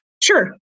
Sure